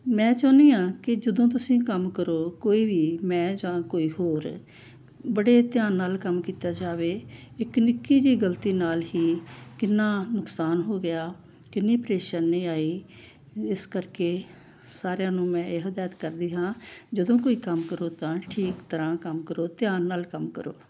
ਮੈਂ ਚਾਹੁੰਦੀ ਹਾਂ ਕਿ ਜਦੋਂ ਤੁਸੀਂ ਕੰਮ ਕਰੋ ਕੋਈ ਵੀ ਮੈਂ ਜਾਂ ਕੋਈ ਹੋਰ ਬੜੇ ਧਿਆਨ ਨਾਲ ਕੰਮ ਕੀਤਾ ਜਾਵੇ ਇੱਕ ਨਿੱਕੀ ਜਿਹੀ ਗਲਤੀ ਨਾਲ ਹੀ ਕਿੰਨਾ ਨੁਕਸਾਨ ਹੋ ਗਿਆ ਕਿੰਨੀ ਪਰੇਸ਼ਾਨੀ ਆਈ ਇਸ ਕਰਕੇ ਸਾਰਿਆਂ ਨੂੰ ਮੈਂ ਇਹ ਹਦਾਇਤ ਕਰਦੀ ਹਾਂ ਜਦੋਂ ਕੋਈ ਕੰਮ ਕਰੋ ਤਾਂ ਠੀਕ ਤਰ੍ਹਾਂ ਕੰਮ ਕਰੋ ਧਿਆਨ ਨਾਲ ਕੰਮ ਕਰੋ